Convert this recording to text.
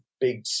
big